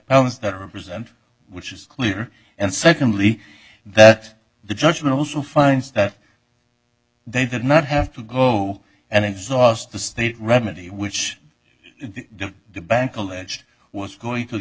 opponents that represent which is clear and secondly that the judgment also finds that they did not have to go and exhaust the state remedy which the bank alleged was going to the